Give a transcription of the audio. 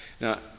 Now